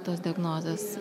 tos diagnozės